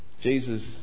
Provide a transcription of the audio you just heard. Jesus